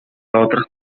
otras